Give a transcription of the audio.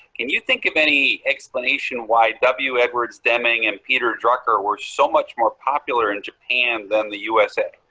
can you think of any explanation why w. edwards deming and peter drucker were so much more popular in japan than the usa?